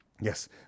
Yes